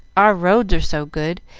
our roads are so good,